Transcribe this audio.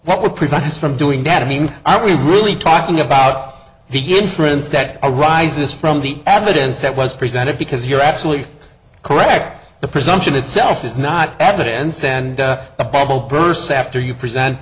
what would prevent us from doing that i mean we're really talking about the inference that arises from the evidence that was presented because you're absolutely correct the presumption itself is not evidence and the battle bursts after you present